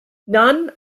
none